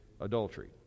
adultery